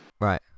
Right